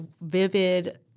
vivid